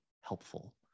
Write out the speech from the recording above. helpful